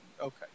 Okay